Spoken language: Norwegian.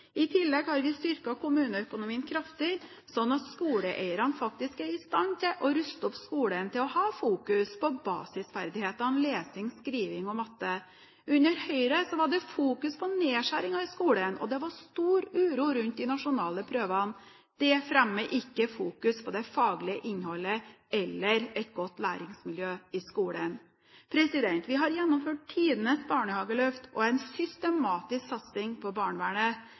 I tillegg har vi styrket kommuneøkonomien kraftig, sånn at skoleeierne faktisk er i stand til å ruste opp skolen til å ha fokus på basisferdighetene lesing, skriving og matte. Under Høyre var det fokus på nedskjæringer i skolen, og det var stor uro rundt de nasjonale prøvene. Det fremmer ikke det faglige innholdet eller et godt læringsmiljø i skolen. Vi har gjennomført tidenes barnehageløft og en systematisk satsing på barnevernet.